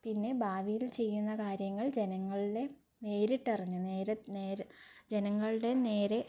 പിന്നെ ഭാവിയിൽ ചെയ്യുന്ന കാര്യങ്ങൾ ജനങ്ങളിലെ നേരിട്ടറിഞ്ഞു നേരെ നേര് ജനങ്ങളുടെ നേരെ